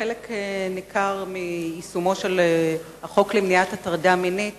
חלק ניכר מיישומו של החוק למניעת הטרדה מינית